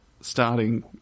Starting